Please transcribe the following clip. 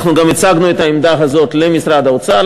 אנחנו גם הצגנו את העמדה הזאת למשרד האוצר,